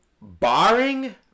barring